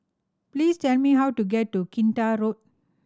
please tell me how to get to Kinta Road